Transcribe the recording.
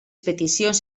peticions